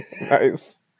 nice